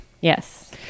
Yes